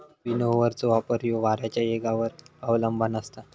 विनोव्हरचो वापर ह्यो वाऱ्याच्या येगावर अवलंबान असता